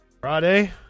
Friday